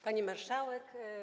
Pani Marszałek!